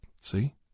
see